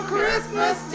Christmas